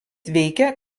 veikia